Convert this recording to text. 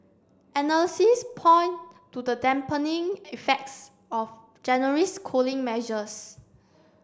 analysts point to the dampening effects of January's cooling measures